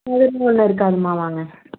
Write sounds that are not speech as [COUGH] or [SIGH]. [UNINTELLIGIBLE] இருக்காதுமா வாங்க